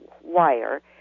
wire